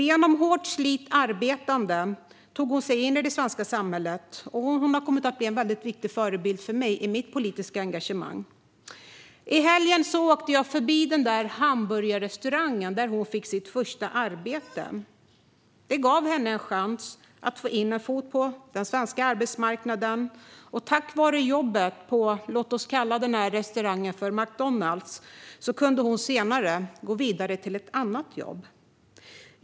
Genom hårt slit och arbete tog hon sig in i det svenska samhället, och hon har kommit att bli en väldigt viktig förebild för mig i mitt politiska engagemang. I helgen åkte jag förbi den hamburgerrestaurang där hon fick sitt första arbete. Det gav henne en chans att få in en fot på den svenska arbetsmarknaden. Tack vare jobbet på restaurangen - låt oss kalla den McDonalds - kunde hon senare gå vidare till ett annat jobb.